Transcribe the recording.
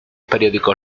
periódicos